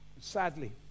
Sadly